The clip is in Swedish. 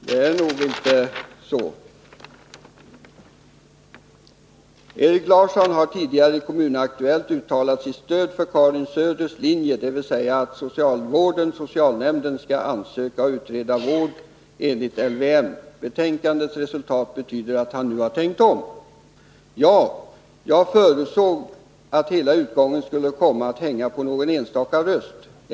Herr talman! Nej, det är nog inte så. ”Erik Larsson har tidigare i Kommun-Aktuellt uttalat sitt stöd för Karin Söders linje, dvs att socialvården/socialnämnden ska ansöka och utreda vård enligt LVM. Betänkandets resultat betyder att han nu har tänkt om. — Ja. Jag förutsåg att hela utgången skulle komma att hänga på någon enstaka röst.